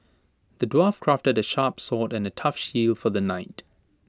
the dwarf crafted A sharp sword and A tough shield for the knight